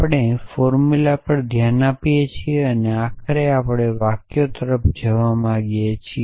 આપણે ફોર્મુલા પર ધ્યાન આપીએ છીએ આખરે આપણે વાક્યો તરફ જવા માંગીએ છીએ